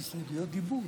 אדוני היושב-ראש,